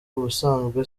ubusanzwe